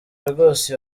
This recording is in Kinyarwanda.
rwose